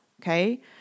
okay